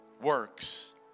works